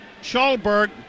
Schalberg